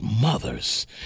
mothers